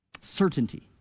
Certainty